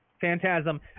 Phantasm